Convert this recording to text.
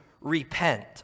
repent